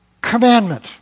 commandment